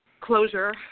closure